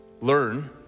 Learn